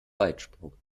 weitsprung